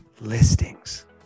Listings